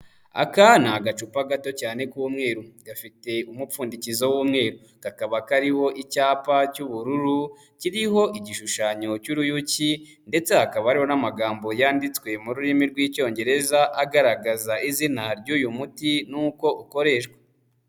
Aka ni agacupa gato cyane k'umweru gafite umupfundikizo w'umweru, kakaba kariho icyapa cy'ubururu kiriho igishushanyo cy'uruyuki ndetse hakaba hariho n'amagambo yanditswe mu rurimi rw'Icyongereza agaragaza izina ry'uyu muti n'uko ukoreshwa.